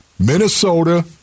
Minnesota